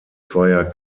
zweier